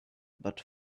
but